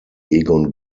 egon